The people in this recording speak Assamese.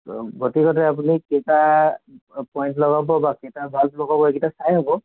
গতিকতে কেইটা পইণ্ট লগাব বা কেইটা বাল্ব লগাব সেইকেইটা চাই হ'ব